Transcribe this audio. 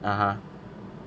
(uh huh)